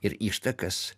ir ištakas